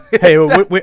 Hey